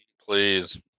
Please